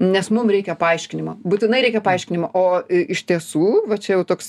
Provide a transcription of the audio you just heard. nes mum reikia paaiškinimo būtinai reikia paaiškinimo o iš tiesų va čia jau toks